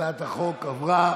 הצעת החוק עברה.